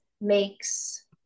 makes